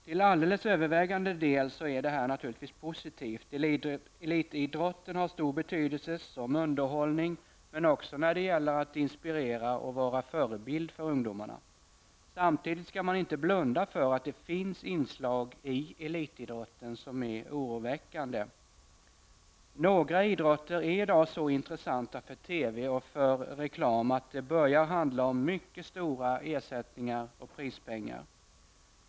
Till helt övervägande del är det här naturligtvis positivt. Elitidrotten har stor betydelse som underhållning, men också när det gäller att inspirera och vara förebild för ungdomarna. Samtidigt skall man inte blunda för att det finns inslag i elitidrotten som är oroväckande. Några idrotter är i dag så intressanta för TV och för reklam att det börjar handla om mycket stora ersättningar och prispengar.